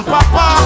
Papa